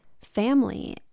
family